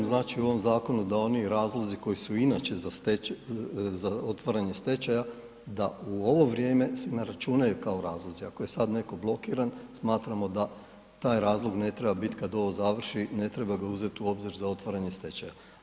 Išli smo sa mjerom u ovom zakonu da oni razlozi koji su inače za otvaranje stečaja da u ovo vrijeme se ne računaju kao razlozi, ako je sada neko blokiran smatramo da taj razlog ne treba biti kada ovo završi ne treba ga uzeti u obzir za otvaranje stečaja.